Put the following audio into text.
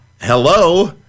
Hello